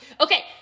Okay